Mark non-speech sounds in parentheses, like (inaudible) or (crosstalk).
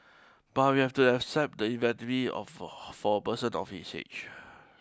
but we have to accept the (unintelligible) of for for a person of his age